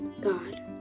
God